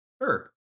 Sure